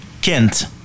Kent